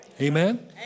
Amen